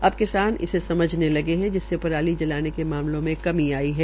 अब किसान इसे समझने लगे है जिससे पराली जलाने के मामलों में कमी आई है